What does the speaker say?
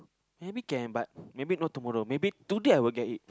maybe can but maybe not tomorrow maybe today I will get it